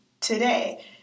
today